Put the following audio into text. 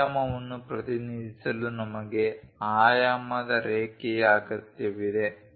ಆಯಾಮವನ್ನು ಪ್ರತಿನಿಧಿಸಲು ನಮಗೆ ಆಯಾಮದ ರೇಖೆಯ ಅಗತ್ಯವಿದೆ